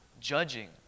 judging